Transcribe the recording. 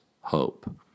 hope